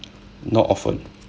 not often